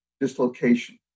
dislocation